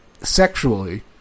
sexually